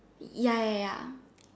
ya ya ya